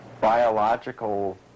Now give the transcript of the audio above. biological